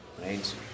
right